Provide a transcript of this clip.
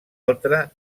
altra